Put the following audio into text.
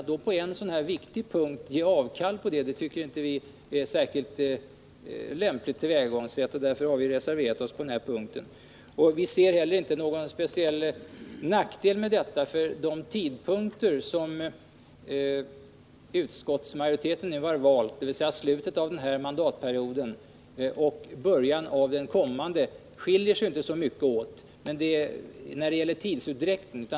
Att på en viktig punkt ge avkall på detta krav tycker vi inte är ett särskilt lämpligt tillvägagångsätt. Därför har vi reserverat oss på den punkten. Vi ser heller inte någon speciell nackdel med en förskjutning från den tidpunkt som utskottsmajoriteten nu har valt, dvs. slutet av den innevarande mandatperioden, och till den tidpunkt vi valt, dvs. början av den kommande mandatperioden. Dessa tidpunkter skiljer sig inte så mycket åt.